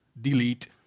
Delete